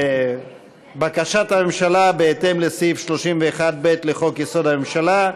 בקשת הממשלה בהתאם לסעיף 31(ב) לחוק-יסוד: הממשלה,